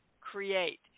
create